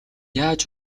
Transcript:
яаж